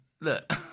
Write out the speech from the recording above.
Look